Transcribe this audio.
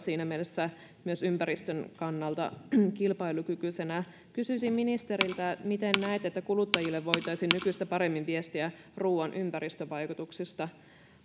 siinä mielessä myös ympäristön kannalta kilpailukykyisenä kysyisin ministeriltä miten näette että kuluttajille voitaisiin nykyistä paremmin viestiä ruuan ympäristövaikutuksista